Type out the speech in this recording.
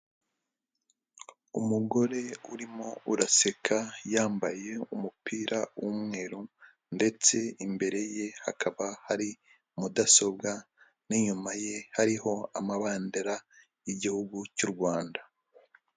Umugore urimo uraseka yambaye umupira w'umweru ndetse imbere ye hakaba hari mudasobwa n'inyuma ye hariho amabendera y'igihugu cy'u Rwanda.